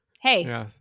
Hey